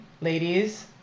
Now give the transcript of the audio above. ladies